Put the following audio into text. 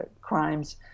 crimes